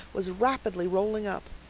was rapidly rolling up.